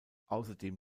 außerdem